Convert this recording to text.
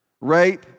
rape